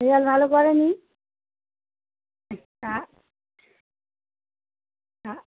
result ভালো করে নি